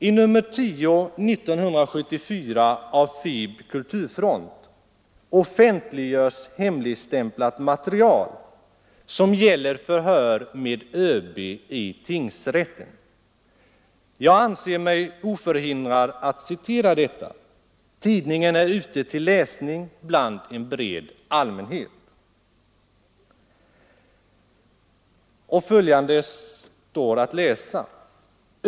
I nummer 10 år 1974 av FiB/Kulturfront offentliggörs hemligstämplat material som gäller förhör med ÖB i tingsrätten. Jag anser mig oförhindrad att citera detta. Tidningen är ute till läsning bland en bred allmänhet.